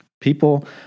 People